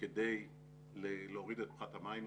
כדי להוריד את פחת המים.